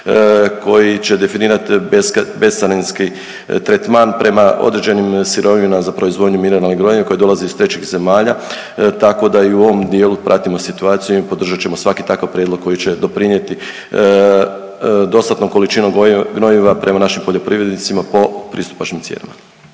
koji će definirat bescarinski tretman prema određenim sirovinama za proizvodnju mineralnih gnojiva koje dolaze iz trećih zemalja, tako da i u ovom dijelu pratimo situaciju i podržat ćemo svaki takav prijedlog koji će doprinijeti dostatnom količinom gnojiva prema našim poljoprivrednicima po pristupačnim cijenama.